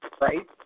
Right